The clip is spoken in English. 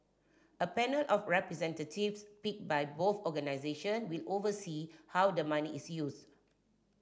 a panel of representatives picked by both organisation will oversee how the money is used